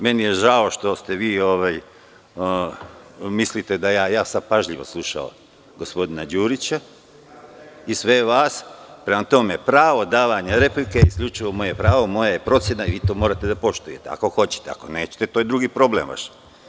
Meni je žao što vi mislite, pažljivo sam slušao gospodina Đurića i sve vas, prema tome, pravo davanja replike je isključivo moje pravo, moja je procena, vi to morate da poštujete, ako hoćete, ako nećete, to je drugi problem vaš.